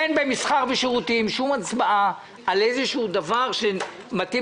אין במסחר ושירותים שום הצבעה על איזה דבר שמתאים